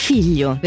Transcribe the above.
Figlio